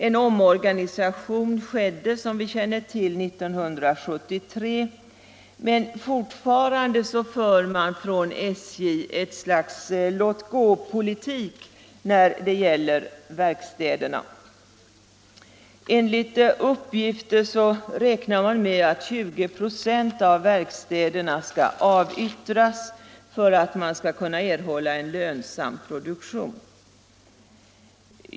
En omorganisation skedde, som vi känner till, 1973. Men fortfarande förs från SJ ett slags låt-gå-politik när det gäller verkstäderna. Enligt uppgift räknar man med att 20 96 av verkstäderna skall avyttras för att erhålla en lönsam produktion.